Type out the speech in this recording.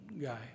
guy